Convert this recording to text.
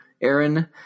Aaron